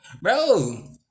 bro